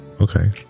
okay